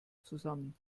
zusammen